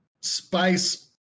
spice